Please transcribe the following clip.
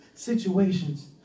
Situations